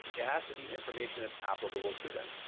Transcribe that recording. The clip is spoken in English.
it has to be information that's applicable to them.